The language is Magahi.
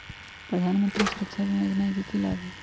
प्रधानमंत्री सुरक्षा बीमा योजना के की लाभ हई?